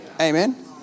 Amen